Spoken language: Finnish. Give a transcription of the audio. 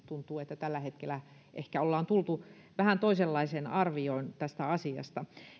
tuntuu että tällä hetkellä ehkä ollaan tultu vähän toisenlaiseen arvioon tästä asiasta